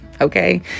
okay